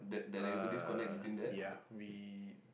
uh ya we